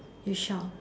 we shall